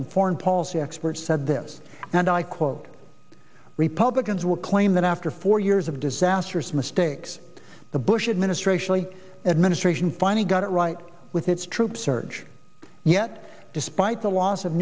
and foreign policy experts said this and i quote republicans will claim that after four years of disastrous mistakes the bush administration the administration finally got it right with its troop surge yet despite the loss of